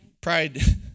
pride